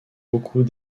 beaucoup